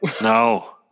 No